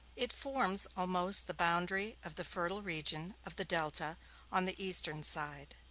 it forms almost the boundary of the fertile region of the delta on the eastern side.